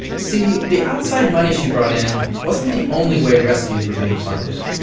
see, the outside money she brought in wasn't the only way rescues were being funded.